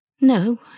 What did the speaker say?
No